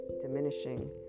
diminishing